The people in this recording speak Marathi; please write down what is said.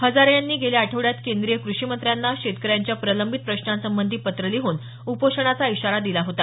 हजारे यांनी गेल्या आठवड्यात केंद्रीय कृषी मंत्र्यांना शेतकऱ्यांच्या प्रलंबित प्रश्नांसंबंधी पत्र लिहून उपोषणाचा इशारा दिला होता